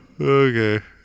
Okay